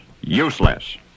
useless